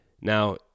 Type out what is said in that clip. Now